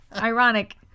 Ironic